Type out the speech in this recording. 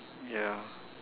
ya